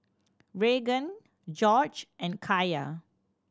Raegan Gorge and Kaya